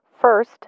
first